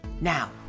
Now